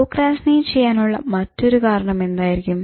procrastinate ചെയ്യാനുള്ള മറ്റൊരു കാരണം എന്തായിരിക്കും